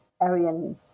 Aryan